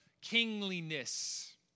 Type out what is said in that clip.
kingliness